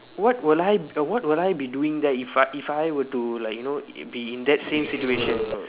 what will I what will I be doing there if I if I were to like you know be in that same situation